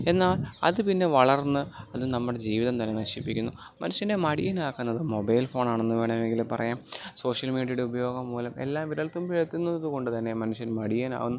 എന്നാൽ അത് പിന്നെ വളർന്ന് നമ്മുടെ ജീവിതം തന്നെ നശിപ്പിക്കുന്നു മനുഷ്യൻ്റെ മടിയനാക്കുന്നത് മൊബൈൽ ഫോണാണെന്ന് വേണമെങ്കിൽ പറയാം സോഷ്യൽ മീഡിയയുടെ ഉപയോഗം മൂലം എല്ലാം വിരൽത്തുമ്പിൽ എത്തുന്നത് കൊണ്ട് തന്നെ മനുഷ്യൻ മടിയനാവുന്നു